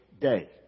day